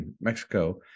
Mexico